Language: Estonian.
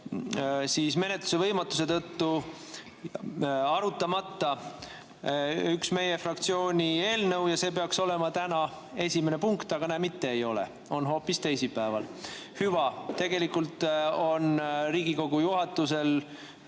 siis menetluse võimatuse tõttu arutamata üks meie fraktsiooni eelnõu ja see peaks olema täna esimene punkt, aga näe, mitte ei ole, on hoopis teisipäeval. Hüva, tegelikult on Riigikogu juhatusel